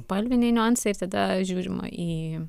spalviniai niuansai ir tada žiūrima į